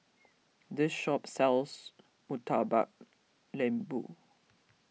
this shop sells Murtabak Lembu